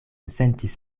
sentis